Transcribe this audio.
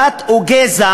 דת או גזע.